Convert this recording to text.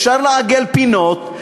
אפשר לעגל פינות,